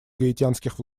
гаитянских